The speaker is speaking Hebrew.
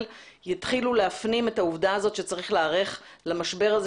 יתחילו להפנים את העובדה הזאת שצריך להיערך למשבר הזה